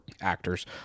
Actors